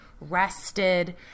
rested